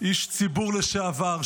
איש ציבור לשעבר,